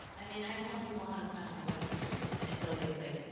i mean i tell people how to find my web series and it really is like,